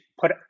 put